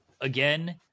again